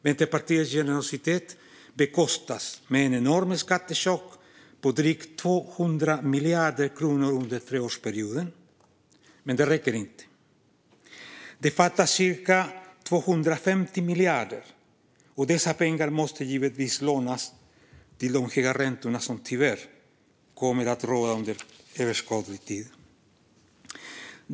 Vänsterpartiets generositet bekostas med en enorm skattechock på drygt 200 miljarder kronor under treårsperioden, men det räcker inte. Det fattas cirka 250 miljarder, och dessa pengar måste givetvis lånas till de höga räntor som tyvärr kommer att råda under överskådlig tid.